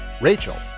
Rachel